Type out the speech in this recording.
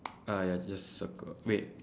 ah ya just circle wait